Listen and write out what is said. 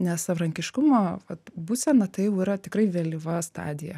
nesavarankiškumo vat būsena tai jau yra tikrai vėlyva stadija